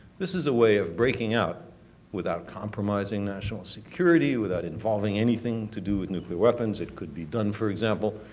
this is a way of breaking out without compromising national security, without involving anything to do with nuclear weapons. it could be done, for example,